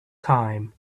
time